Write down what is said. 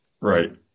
Right